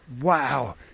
Wow